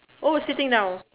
oh sitting down